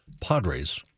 Padres